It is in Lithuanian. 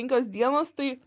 penkios dienos tai